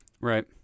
Right